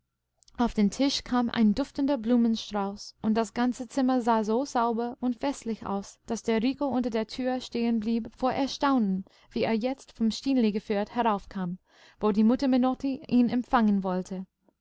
auf den tisch kam ein duftender blumenstrauß und das ganze zimmer sah so sauber und festlich aus daß der rico unter der tür stehen blieb vor erstaunen wie er jetzt vom stineli geführt heraufkam wo die mutter menotti ihn empfangen wollte